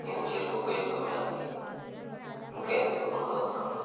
నేను చేరుకుపోయే గమ్యానికి ఇంకెంత దూరంలో ఉన్నాను